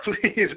Please